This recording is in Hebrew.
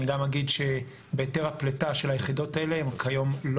אני גם אגיד שבהיתר הפליטה של היחידות האלה הן כיום לא